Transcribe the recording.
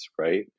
Right